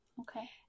Okay